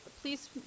please